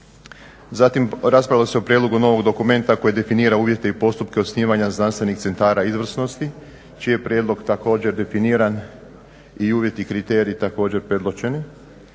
Zatim raspravljalo se o prijedlogu novog dokumenta koji definira uvjete i postupke osnivanja znanstvenih centara izvrsnosti čiji je prijedlog također definiran i uvjeti i kriteriji također predočeni